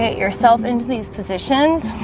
yourself into these positions